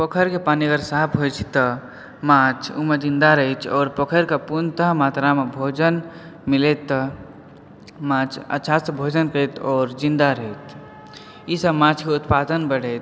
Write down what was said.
पोखरि के पानि अगर साफ़ होइ छै तऽ माछ ओहिमे ज़िन्दा रहै छै आओर पोखरि के पूर्णतः मात्रा मे भोजन मिलैत माछ अच्छा से भोजन दैत आओर ज़िंदा रहैत ई सब माछ के उत्पादन बढ़ैत